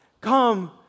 Come